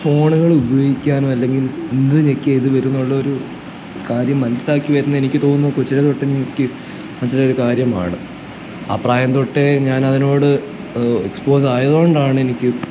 ഫോണുകളുപയോഗിക്കാനോ അല്ലെങ്കിൽ ഇത് ഞെക്കിയാൽ ഇതു വരുമെന്നുള്ളൊരു കാര്യം മനസ്സിലാക്കി വരുന്നത് എനിക്ക് തോന്നുന്നു കൊച്ചിലേ തൊട്ട് എനിക്ക് മനസ്സിലായ ഒരു കാര്യമാണ് ആ പ്രായം തൊട്ടേ ഞാനതിനോട് എക്സ്പോസായത കൊണ്ടാണെനിക്ക്